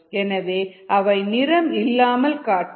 எனவே அவை நிறம் இல்லாமல் காட்டும்